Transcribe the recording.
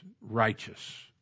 righteous